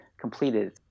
completed